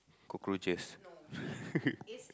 cockroaches